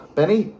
Benny